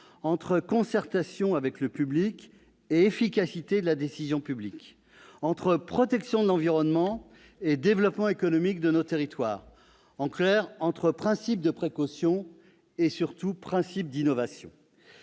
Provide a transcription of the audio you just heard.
entre concertation avec le public et efficacité de la décision publique, entre protection de l'environnement et développement économique de nos territoires, entre principe de précaution et principe d'innovation.